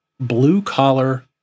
blue-collar